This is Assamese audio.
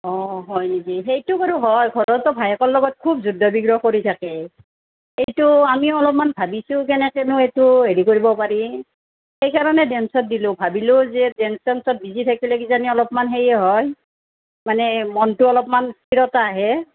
অঁ হয় নেকি সেইটো বাৰু হয় ঘৰতো ভায়েকৰ লগত খুব যুদ্ধ বিগ্ৰহ কৰি থাকে সেইটো আমি অলপমান ভাবিছোঁ কেনেকেনো এইটো হেৰি কৰিব পাৰি সেই কাৰণে ডেন্সত দিলো ভাবিলো যে ডেন্স চেন্সত বিজি থাকিলে কিজানি অলপমান সেইয়ে হয় মানে মনটো অলপমান স্থিৰতা আহে